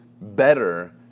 better